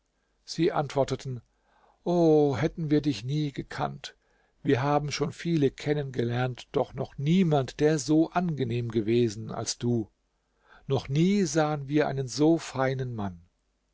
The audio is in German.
sie antworteten o hätten wir dich nie gekannt wir haben schon viele kennen gelernt doch noch niemand der so angenehm gewesen als du noch nie sahen wir einen so feinen mann